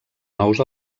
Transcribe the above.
nous